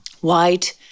white